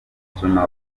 ishema